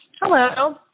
Hello